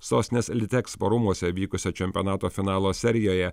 sostinės litexpo rūmuose vykusio čempionato finalo serijoje